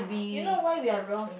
you know why we are wrong